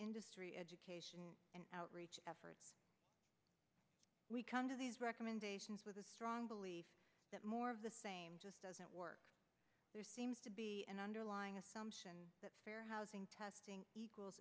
industry education and outreach efforts we come to these recommendations with a strong belief that more of the same just doesn't work there seems to be an underlying assumption that fair housing testing e